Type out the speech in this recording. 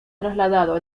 trasladado